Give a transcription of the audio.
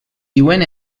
diuen